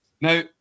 Now